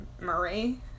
marie